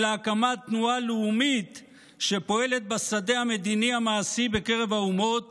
אלא הקמת תנועה לאומית שפועלת בשדה המדיני המעשי בקרב האומות